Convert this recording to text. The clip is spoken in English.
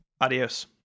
Adios